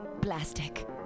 plastic